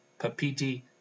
Papiti